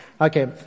Okay